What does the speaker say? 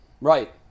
Right